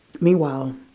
meanwhile